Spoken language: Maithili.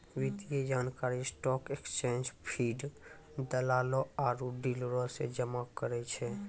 वित्तीय जानकारी स्टॉक एक्सचेंज फीड, दलालो आरु डीलरो से जमा करै छै